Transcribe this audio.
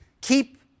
Keep